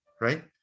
right